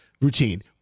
routine